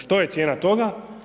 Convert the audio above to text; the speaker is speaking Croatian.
Što je cijena toga?